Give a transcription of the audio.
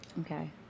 Okay